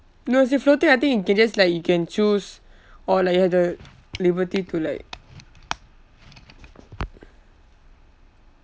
no you see floating I think you can just like you can choose or like you have the liberty to like